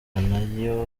ntayo